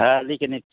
হ্যাঁ লিখে নিচ্ছি